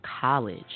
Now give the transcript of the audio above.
College